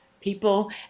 people